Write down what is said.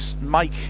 Mike